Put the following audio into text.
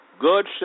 Good